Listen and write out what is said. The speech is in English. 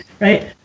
right